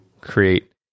create